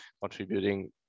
contributing